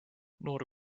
noor